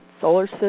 solar